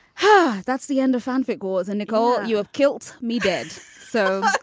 huh? that's the end of fanfic wars. and nicole. you have killed me dead. so.